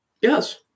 Yes